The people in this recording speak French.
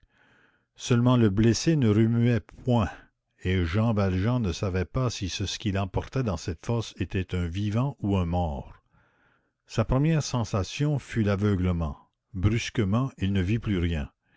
seulement le blessé ne remuait point et jean valjean ne savait pas si ce qu'il emportait dans cette fosse était un vivant ou un mort sa première sensation fut l'aveuglement brusquement il ne vit plus rien